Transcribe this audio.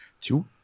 Two